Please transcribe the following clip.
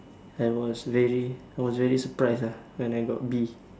I was very I was very surprised ah when I got B